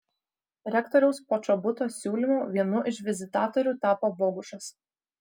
rektoriaus počobuto siūlymu vienu iš vizitatorių tapo bogušas